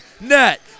net